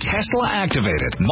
Tesla-activated